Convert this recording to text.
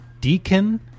Deacon